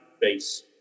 base